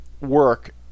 work